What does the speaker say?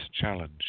challenge